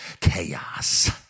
chaos